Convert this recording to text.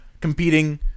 competing